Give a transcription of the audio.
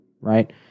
right